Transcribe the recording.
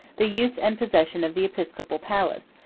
the use and possession of the episcopal palace,